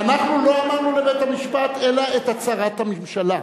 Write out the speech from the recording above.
אנחנו לא אמרנו לבית-המשפט אלא את הצהרת הממשלה.